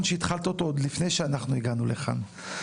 שהתחלת אותו עוד לפני שאנחנו הגענו לכאן.